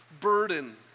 burden